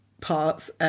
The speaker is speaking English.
parts